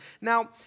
Now